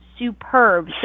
superb